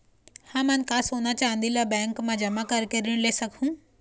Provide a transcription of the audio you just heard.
हमन का सोना चांदी ला बैंक मा जमा करके ऋण ले सकहूं?